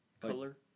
color